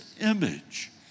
image